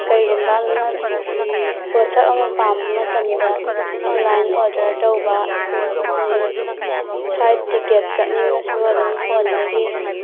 ꯀꯩꯒꯨꯝꯕ ꯑꯃ ꯄꯣꯠꯁꯛ ꯑꯃ ꯄꯥꯝꯕ ꯃꯇꯝꯗ ꯑꯣꯟꯂꯥꯏꯟ ꯑꯣꯗꯔ ꯇꯧꯕ ꯑꯗꯒꯤ ꯐ꯭ꯂꯥꯏꯠ ꯇꯤꯀꯦꯠ ꯀꯛꯅꯤꯡꯉꯁꯨ ꯑꯗꯨꯝ ꯐꯣꯟꯗꯒꯤ